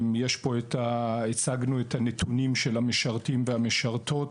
הצגנו את הנתונים של המשרתים והמשרתות